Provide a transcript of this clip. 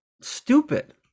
stupid